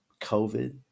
COVID